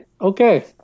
Okay